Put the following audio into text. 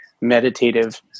meditative